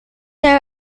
there